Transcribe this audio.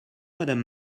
madame